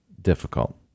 difficult